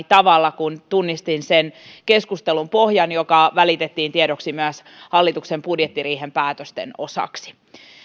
tavalla kun tunnistin sen keskustelun pohjan joka välitettiin tiedoksi myös hallituksen budjettiriihen päätösten osaksi